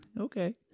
okay